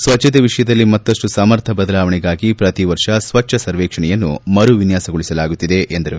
ಸ್ವಚ್ಛತೆ ವಿಷಯದಲ್ಲಿ ಮತ್ತಷ್ಟು ಸಮರ್ಥ ಬದಲಾವಣೆಗಾಗಿ ಪ್ರತಿ ವರ್ಷ ಸ್ವಚ್ಛ ಸರ್ವೇಕ್ಷಣೆಯನ್ನು ಮರು ವಿನ್ಯಾಸಗೊಳಿಸಲಾಗುತ್ತಿದೆ ಎಂದರು